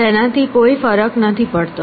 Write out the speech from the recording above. તેનાથી કોઈ ફરક નથી પડતો